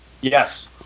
Yes